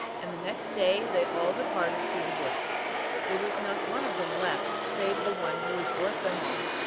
and the next day they all departed through the woods there was not one of them left save the one who was worth them all.